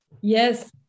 Yes